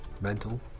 mental